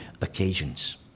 occasions